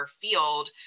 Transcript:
field